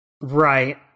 right